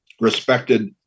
respected